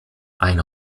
ein